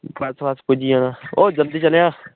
बस bus पुज्जी जाना ओह् जल्दी चलेआं